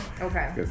Okay